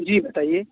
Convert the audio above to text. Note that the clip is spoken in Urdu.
جی بتائیے